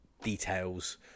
details